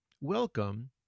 welcome